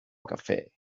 cafe